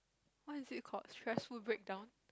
what is it called stressful breakdown